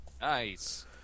Nice